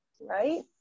Right